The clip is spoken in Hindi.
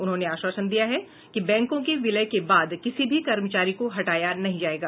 उन्होंने आश्वासन दिया है कि बैंकों के विलय के बाद किसी भी कर्मचारी को हटाया नहीं जायेगा